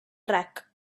track